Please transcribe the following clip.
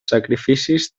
sacrificis